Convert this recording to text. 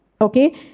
Okay